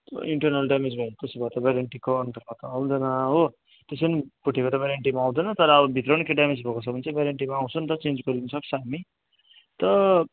internal damage भयो भने त्यसो भए त वारेन्टीको अन्डरमा त आउँदैन हो त्यसै नि फुटेको त वारेन्टीमा आउँदैन तर अब भित्र नि केही ड्यामेज भएको छ भने चाहिँ वारेन्टीमा आउँछ नि त चेन्ज गरिदिनु सक्छ हामी त